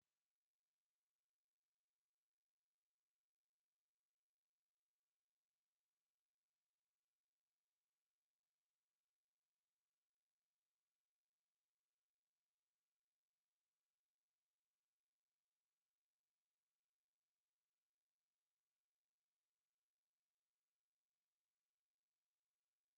NO AUDIO TO THE RECORDING